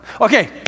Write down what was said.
Okay